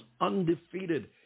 undefeated